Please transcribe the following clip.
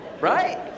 right